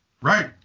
Right